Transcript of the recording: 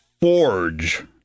FORGE